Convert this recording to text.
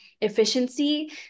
efficiency